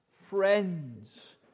friends